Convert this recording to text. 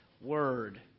word